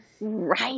Right